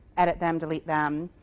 edit them. delete them.